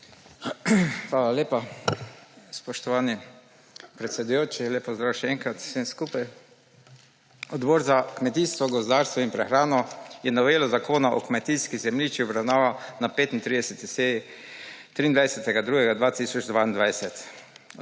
Hvala lepa, spoštovani predsedujoči. Lep pozdrav še enkrat vsem skupaj! Odbor za kmetijstvo, gozdarstvo in prehrano je novelo Zakona o kmetijskih zemljiščih obravnaval na 35. seji 23. 2. 2022.